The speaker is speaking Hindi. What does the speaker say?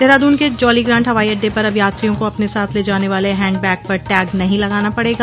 देहरादून के जौलीग्रांट हवाई अड्डे पर अब यात्रियों को अपने साथ ले जाने वाले हैंड बैग पर टैग नहीं लगाना पड़ेगा